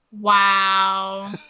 Wow